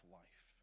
life